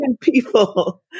people